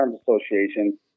Association